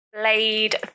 blade